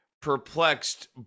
Perplexed